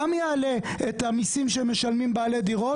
גם יעלה את המיסים שמשלמים בעלי דירות.